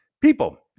people